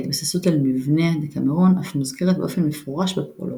ההתבססות על מבנה הדקאמרון אף מוזכרת באופן מפורש בפרולוג,